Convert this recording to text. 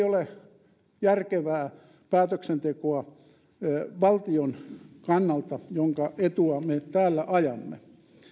ole järkevää päätöksentekoa valtion kannalta jonka etua me täällä ajamme